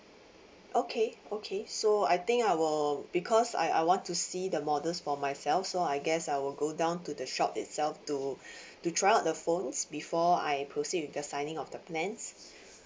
okay okay so I think I will because I I want to see the models for myself so I guess I will go down to the shop itself to to try out the phones before I proceed with the signing of the plans